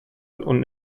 und